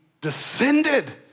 descended